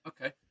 okay